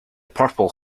purple